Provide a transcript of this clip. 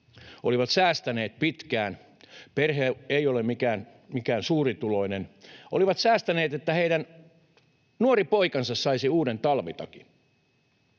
olivat säästäneet pitkään, perhe ei ole mikään suurituloinen. He olivat säästäneet, että heidän nuori poikansa saisi uuden talvitakin,